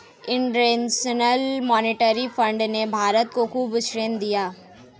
international monetary fund ने भारत को खूब ऋण दिया है